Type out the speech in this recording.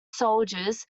soldiers